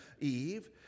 Eve